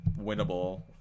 winnable